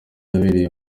yabereye